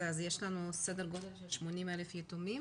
אז יש לנו סדר גודל של 80,000 יתומים?